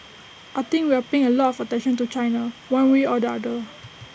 I think we are paying A lot of attention to China one way or the other